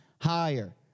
higher